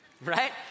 right